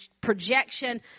projection